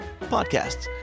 podcasts